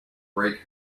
brake